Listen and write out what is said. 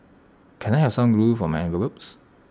can I have some glue for my envelopes